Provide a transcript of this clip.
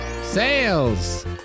Sales